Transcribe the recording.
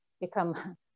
become